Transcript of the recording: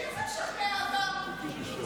תמשיך לשכנע אותם.